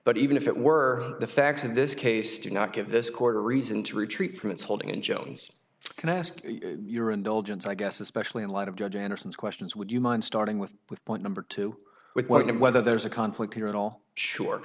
but even if it were the facts of this case do not give this court a reason to retreat from its holding and jones can i ask your indulgence i guess especially in light of judge anderson's questions would you mind starting with with point number two with what and whether there's a conflict here at all sure